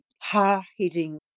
hard-hitting